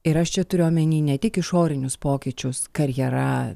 ir aš čia turiu omeny ne tik išorinius pokyčius karjera